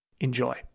Enjoy